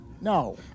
No